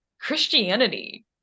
Christianity